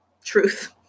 truth